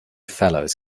fellows